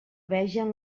vegen